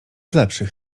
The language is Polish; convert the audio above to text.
lepszych